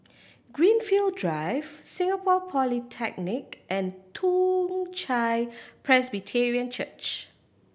Greenfield Drive Singapore Polytechnic and Toong Chai Presbyterian Church